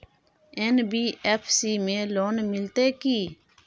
NBFC में loan मिलते की?